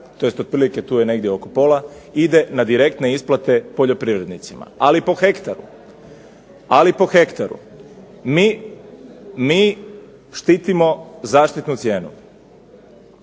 tj. otprilike tu je negdje oko pola, ide na direktne isplate poljoprivrednicima, ali po hektaru. Mi štitimo zaštitnu cijenu.